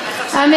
שרת